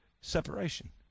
separation